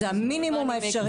זה המינימום האפשרי.